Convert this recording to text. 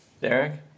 Derek